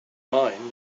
mine